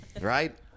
Right